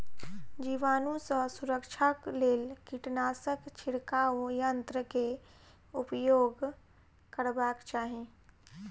जीवाणु सॅ सुरक्षाक लेल कीटनाशक छिड़काव यन्त्र के उपयोग करबाक चाही